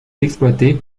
exploité